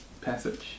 passage